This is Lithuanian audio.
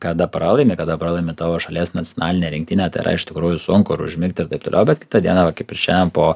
kada pralaimi kada pralaimi tavo šalies nacionalinė rinktinė tai yra iš tikrųjų sunku ir užmigti ir taip toliau bet kitą dieną va kaip ir šiandien po